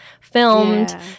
filmed